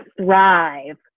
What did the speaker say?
thrive